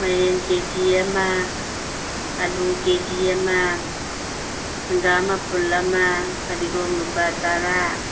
ꯃꯥꯏꯔꯦꯟ K G ꯑꯃ ꯑꯥꯜꯂꯨ ꯀꯦ ꯖꯤ ꯑꯃ ꯍꯪꯒꯥꯝ ꯃꯄꯨꯟ ꯑꯃ ꯐꯗꯤꯒꯣꯝ ꯂꯨꯄꯥ ꯇꯔꯥ